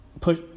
push